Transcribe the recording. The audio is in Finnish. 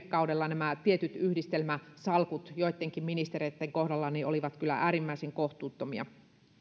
kaudella tietyt yhdistelmäsalkut joittenkin ministereitten kohdalla olivat kyllä äärimmäisen kohtuuttomia